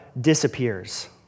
disappears